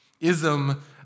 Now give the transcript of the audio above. ism